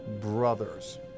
brothers